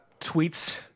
tweets